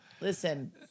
listen